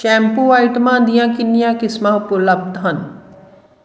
shampoo ਆਈਟਮਾਂ ਦੀਆਂ ਕਿੰਨੀਆਂ ਕਿਸਮਾਂ ਉਪਲੱਬਧ ਹਨ